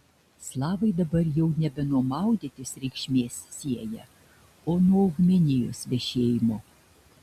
slavai dabar jau nebe nuo maudytis reikšmės sieja o nuo augmenijos vešėjimo